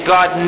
God